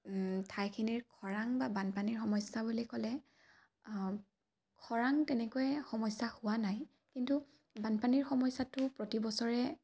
ঠাইখিনিৰ খৰাং বা বানপানীৰ সমস্যা বুলি ক'লে খৰাং তেনেকৈ সমস্যা হোৱা নাই কিন্তু বানপানীৰ সমস্যাটো প্ৰতিবছৰে